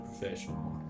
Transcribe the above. professional